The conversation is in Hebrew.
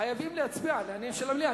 חייבים להצביע על העניין של המליאה.